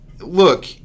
look